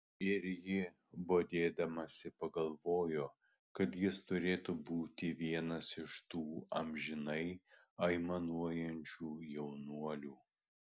ir ji bodėdamasi pagalvojo kad jis turėtų būti vienas iš tų amžinai aimanuojančių jaunuolių